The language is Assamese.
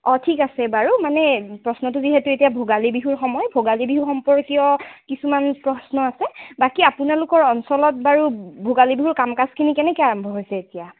অঁ ঠিক আছে বাৰু মানে প্ৰশ্নটো যিহেতু এতিয়া ভোগালী বিহুৰ সময় ভোগালী বিহুৰ সম্পৰ্কীয় কিছুমান প্ৰশ্ন আছে বাকী আপোনালোকৰ অঞ্চলত বাৰু ভোগালী বিহুৰ কাম কাজখিনি কেনেকৈ আৰম্ভ হৈছে এতিয়া